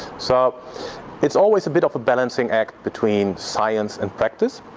so it's always a bit of a balancing act between science and practice,